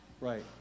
Right